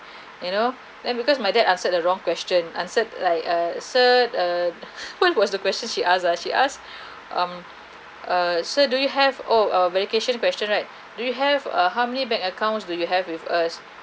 you know then because my dad answered the wrong question answered like err sir uh what was the question she uh um err sir do you have oh verification question right do you have uh how many bank accounts do you have with us